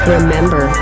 Remember